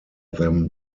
them